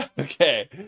Okay